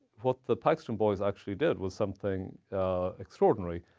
what the paxton boys actually did was something extraordinary.